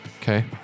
Okay